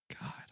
God